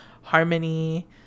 harmony